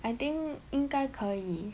I think 应该可以